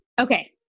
Okay